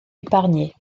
épargné